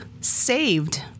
Saved